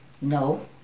No